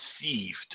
deceived